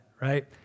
right